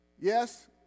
Yes